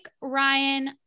Ryan